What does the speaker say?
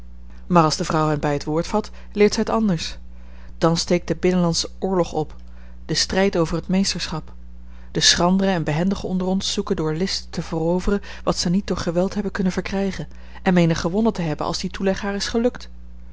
maar als de vrouw hen bij t woord vat leert zij t anders dan steekt de binnenlandsche oorlog op de strijd over t meesterschap de schranderen en behendigen onder ons zoeken door list te veroveren wat ze niet door geweld hebben kunnen verkrijgen en meenen gewonnen te hebben als die toeleg haar is gelukt